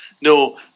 No